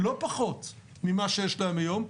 לא פחות ממה שיש להם היום,